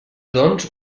doncs